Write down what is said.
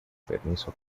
permiso